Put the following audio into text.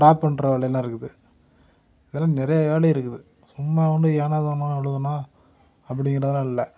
drop பண்ற வேலைல்லாம் இருக்குது இதெல்லாம் நிறையா வேலை இருக்குது சும்மா வந்து ஏனோ தானோன்னு எழுதினோம் அப்படிங்கிறதுலாம் இல்லை